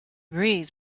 breeze